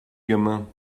gamin